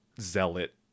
zealot